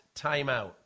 timeout